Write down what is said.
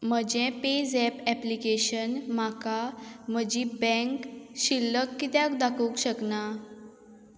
म्हजें PayZapp application म्हाका म्हजी बँक शिल्लक कित्याक दाखोवंक शकना